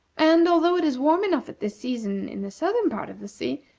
and, although it is warm enough at this season in the southern part of the sea,